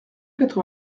quatre